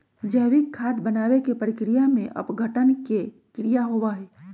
जैविक खाद बनावे के प्रक्रिया में अपघटन के क्रिया होबा हई